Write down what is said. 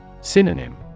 Synonym